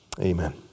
amen